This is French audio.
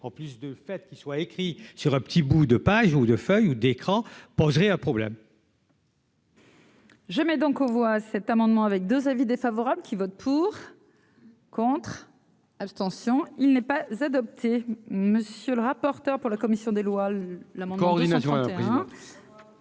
en plus de fait qu'il soit écrit sur un petit bout de pages ou de feuilles ou d'écran poserait un problème. Je mets donc aux voix cet amendement avec 2 avis défavorables qui votent pour, contre, abstention, il n'est pas, z'monsieur le rapporteur pour la commission des lois, l'amendement oui